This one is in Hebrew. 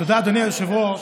תודה, אדוני היושב-ראש.